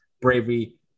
bravery